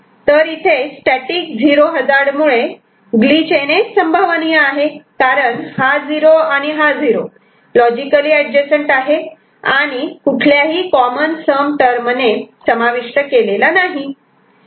तर इथे static 0 hazard मुळे ग्लिच येणे संभवनीय आहे कारण हा '0' आणि हा '0 ' लॉजिकली एडजसंट आहे आणि कुठल्याही कॉमन सम टर्मणे समाविष्ट केलेले नाही